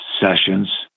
sessions